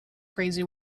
crazy